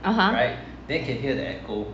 (uh huh)